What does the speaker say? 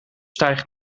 stijgt